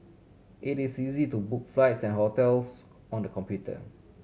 it is easy to book flights and hotels on the computer